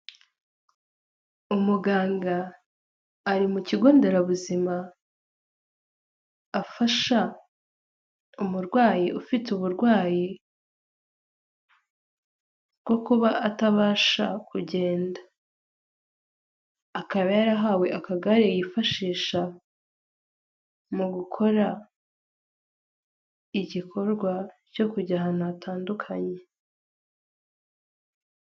Umuganga ari mu kigo nderabuzima afasha umurwayi ufite uburwayi bwo kuba atabasha kugenda, akaba yarahawe akagare yifashisha mu gikorwa cyo kujya ahantu hatandukanye.